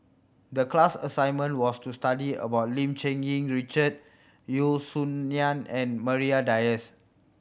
the class assignment was to study about Lim Cherng Yih Richard Yeo Song Nian and Maria Dyers